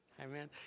amen